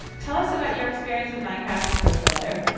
tell us about your experience with minecraft and code builder.